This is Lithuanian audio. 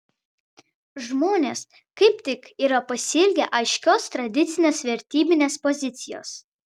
žmonės kaip tik yra pasiilgę aiškios tradicinės vertybinės pozicijos